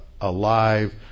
alive